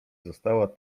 została